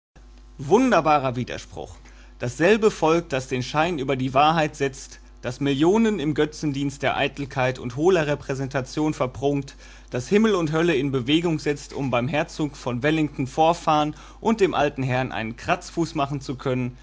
wunderbarer widerspruch dasselbe volk das den schein über die wahrheit setzt das millionen im götzendienst der eitelkeit und hohler repräsentation verprunkt das himmel und hölle in bewegung setzt um beim herzog von wellington vorfahren und dem alten herrn einen kratzfuß machen zu können